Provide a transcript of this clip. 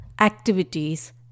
activities